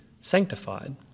sanctified